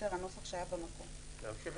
יש פה